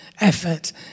effort